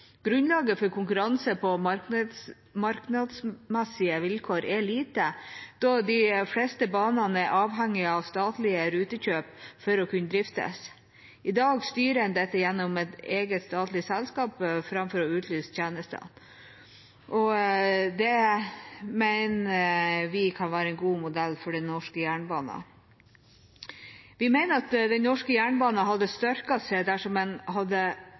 Grunnlaget for konkurranse på markedsmessige vilkår er lite, da de fleste banene er avhengige av statlige rutekjøp for å kunne driftes. I dag styrer en dette gjennom et eget statlig selskap framfor å utlyse tjenester. Det mener vi kan være en god modell for den norske jernbanen. Vi mener at den norske jernbanen hadde styrket seg dersom en hadde